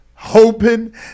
Hoping